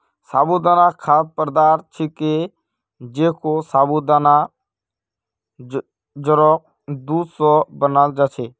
साबूदाना खाद्य पदार्थ छिके जेको साबूदानार जड़क दूध स बनाल जा छेक